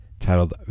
Titled